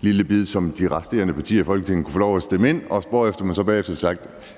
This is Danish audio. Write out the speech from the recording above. lille bid, som de resterende partier i Folketinget kunne få lov til at byde ind på, hvor man så bagefter sagde: